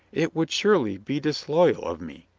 it would surely be disloyal of me,